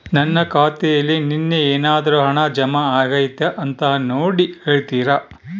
ನನ್ನ ಖಾತೆಯಲ್ಲಿ ನಿನ್ನೆ ಏನಾದರೂ ಹಣ ಜಮಾ ಆಗೈತಾ ಅಂತ ನೋಡಿ ಹೇಳ್ತೇರಾ?